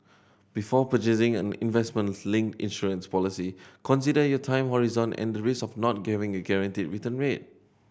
before purchasing an investment linked insurance policy consider your time horizon and the risk of not given a guaranteed return rate